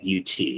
UT